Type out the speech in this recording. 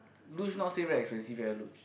luge not say very expensive eh luge